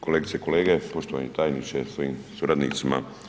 Kolegice i kolege, poštovani tajniče sa svojim suradnicima.